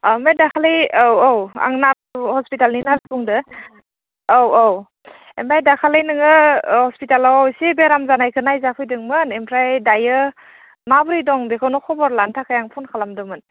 अह बे दाखालि औ औ आं नार्स हस्पितालनि नार्स बुंदों औ औ ओमफ्राय दाखालि नोङो हस्पितालाव एसे बेराम जानायखो नायजाफैदोंमोन ओमफ्राय दायो माबोरै दं बेखौनो खबर लानो थाखाय आं फन खालामदोंमोन